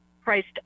priced